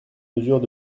mesure